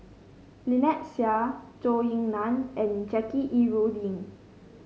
Lynnette Seah Zhou Ying Nan and Jackie Yi Ru Ying